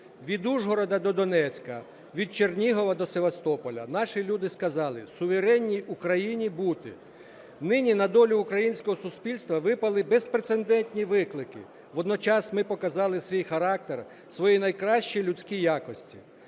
від Ужгорода до Донецька, від Чернігова до Севастополя. Наші люди сказали суверенній України бути. Нині на долю українського суспільства випали безпрецедентні виклики, водночас ми показали свій характер, свої найкращі людські якості.